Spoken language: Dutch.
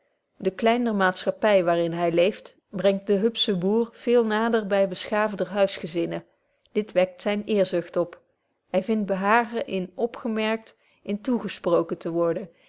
de kleinder maatschappy waar in hy leeft brengt den hupschen boer veel nader by beschaafder huisgezinnen dit wekt zyn eerzucht op hy vindt behagen in opgemerkt in toegesprooken te worden